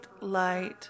light